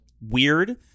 weird